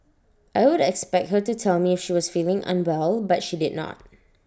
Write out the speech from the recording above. I would expect her to tell me she was feeling unwell but she did not